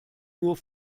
nur